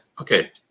okay